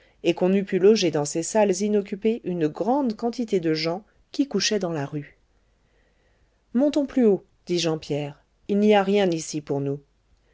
et qu'on eût pu loger dans ces salles inoccupées une grande quantité de gens qui couchaient dans la rue montons plus haut dit jean pierre il n'y a rien ici pour nous